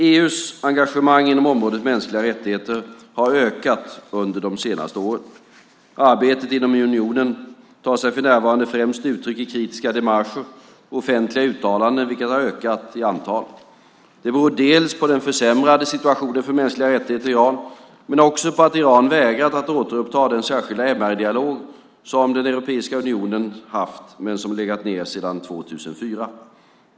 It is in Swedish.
EU:s engagemang inom området mänskliga rättigheter har ökat under de senaste åren. Arbetet inom unionen tar sig för närvarande främst uttryck i kritiska démarcher och offentliga uttalanden, vilka har ökat i antal. Det beror dels på den försämrade situationen för mänskliga rättigheter i Iran, dels också på att Iran vägrat att återuppta den särskilda MR-dialog som Europeiska unionen har fört men som legat nere sedan 2004.